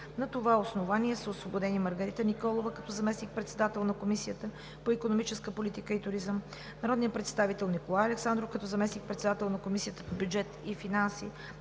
На това основание са освободени Маргарита Николова като заместник-председател на Комисията по икономическа политика и туризъм, народният представител Николай Александров като заместник-председател на Комисията по бюджет и финанси